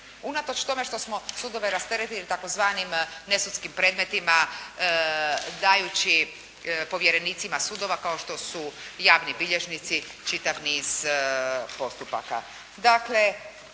unatoč tome što smo sudove rasteretili tzv. nesudskim predmetima dajući povjerenicima sudova kao što su javni bilježnici, čitav niz postupaka.